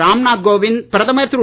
ராம் நாத் கோவிந்த் பிரதமர் திரு